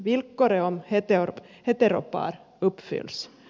javisst villkoret om heteropar uppfylls